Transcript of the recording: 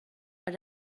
but